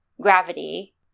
gravity